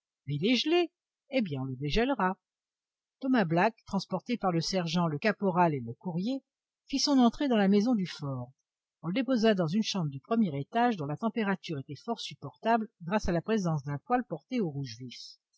il est gelé eh bien on le dégèlera thomas black transporté par le sergent le caporal et le courrier fit son entrée dans la maison du fort on le déposa dans une chambre du premier étage dont la température était fort supportable grâce à la présence d'un poêle porté au rouge vif